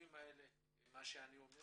מה שאני אומר